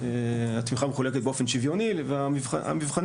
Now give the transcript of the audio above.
התמיכה מחולקת באופן שוויוני והמבחנים